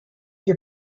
your